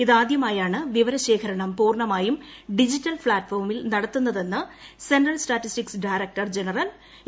ഇതാദ്യമായാണ് വിവര ശേഖരണം പൂർണ്ണമായും ഡിജിറ്റൽ പ്ലാറ്റ്ഫോമിൽ നടത്തുന്നതെന്ന് central statistics director general A